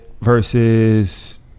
versus